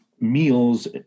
Meals